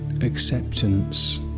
acceptance